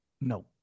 No